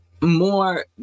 more